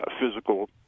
physical